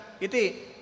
Iti